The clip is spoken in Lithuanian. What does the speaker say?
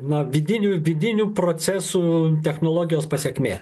na vidinių vidinių procesų technologijos pasekmė